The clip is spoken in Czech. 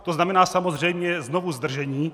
To znamená samozřejmě znovu zdržení.